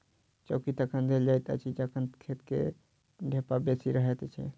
चौकी तखन देल जाइत अछि जखन खेत मे ढेपा बेसी रहैत छै